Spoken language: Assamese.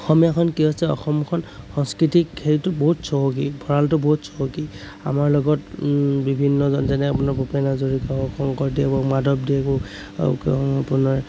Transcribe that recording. অসমীয়াখন কি হৈছে অসমখন সাংস্কৃতিক হেৰিটো বহুত চহকী ভঁড়ালটো বহুত চহকী আমাৰ লগত বিভিন্নজন যেনে আপোনাৰ ভূপেন হাজৰিকা হওক শংকৰদেৱ হওক মাধৱদেৱ হওক আপোনাৰ